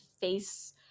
face